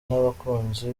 n’abakunzi